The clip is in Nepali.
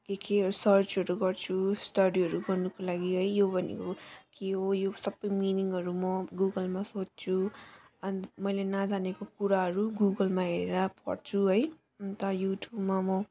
के केहरू सर्चहरू गर्छु स्टडीहरू गर्नुको लागि है यो भनेको के हो यो सबै मिनिङहरू म गुगलमा खोज्छु अनि मैले नजानेको कुराहरू गुगलमा हेरेर पढ्छु है अनि त युट्युबमा म